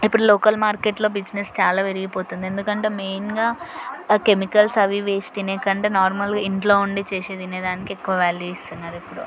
ఇప్పుడు లోకల్ మార్కెట్లో బిజినెస్ చాలా పెరిగిపోతుంది ఎందుకంటే మెయిన్గా కెమికల్స్ అవి ఇవి వేసి తినేకంటే నార్మల్గా ఇంట్లో ఉండి చేసి తినే దానికి ఎక్కువ వ్యాల్యూ ఇస్తున్నారు ఇప్పుడు